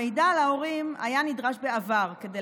המידע על ההורים היה נדרש בעבר כדי